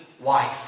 Wife